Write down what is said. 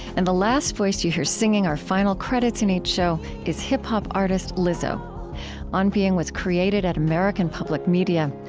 and the last voice that you hear singing our final credits in each show is hip-hop artist lizzo on being was created at american public media.